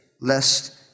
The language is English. lest